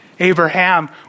Abraham